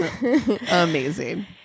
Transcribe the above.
Amazing